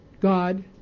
God